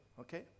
okay